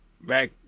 back